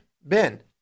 Ben